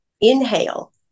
inhale